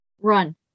Run